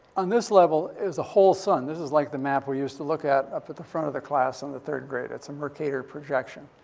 on this level is the whole sun. this is like the map we used to look at up at the front of the class in the third grade. it's a mercator projection.